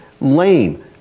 lame